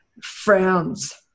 frowns